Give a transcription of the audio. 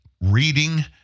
reading